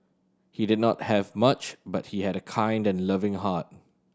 he did not have much but he had a kind and loving heart